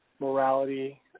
morality